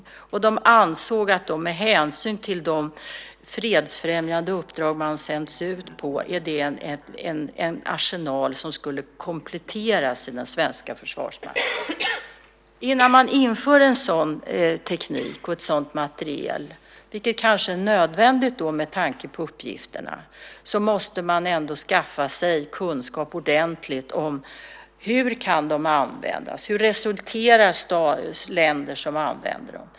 Soldaterna ansåg att dessa vapen, med hänsyn till de fredsfrämjande uppdrag man sänds ut på, är en arsenal som skulle kompletteras i den svenska Försvarsmakten. Innan man inför en sådan teknik och sådan materiel, vilket kanske är nödvändigt med tanke på uppgifterna, måste man ändå skaffa sig ordentlig kunskap om hur de kan användas och vilket resultat man får i länder som använder dem.